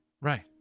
Right